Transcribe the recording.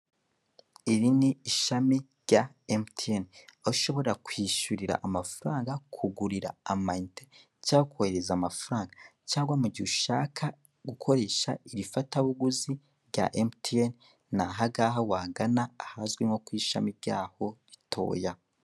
Iri ni ishami rya emutiyene, aho ushobora kwishyurira amafaranga, kugurira amayinite cyangwa kohereza amafaranga cyangwa mu gihe ushaka gukoresha iri fatabuguzi rya emutiyene, ni aha ngaha wagana ahazwi nko ku ishami rubaho ritoya.